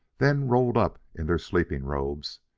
then rolled up in their sleeping-robes,